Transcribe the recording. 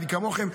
אני כמוכם,